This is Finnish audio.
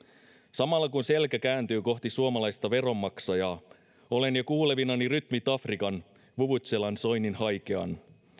samalla kun selkä kääntyy kohti suomalaista veronmaksajaa olen jo kuulevinani rytmit afrikan vuvuzelan soinnin haikean